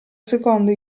secondo